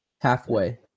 halfway